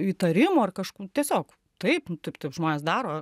įtarimų ar kažk tiesiog taip nu taip taip žmonės daro